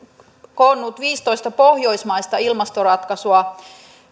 koonnut viisitoista pohjoismaista ilmastoratkaisua